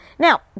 Now